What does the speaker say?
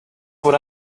what